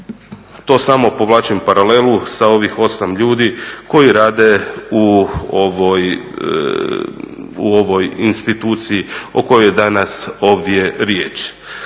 To samo povlačim paralelu sa ovih 8 ljudi koji rade u ovoj instituciji o kojoj je danas ovdje riječ.